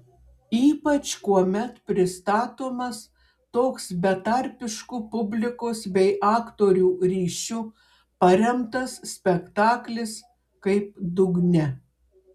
ypač kuomet pristatomas toks betarpišku publikos bei aktorių ryšiu paremtas spektaklis kaip dugne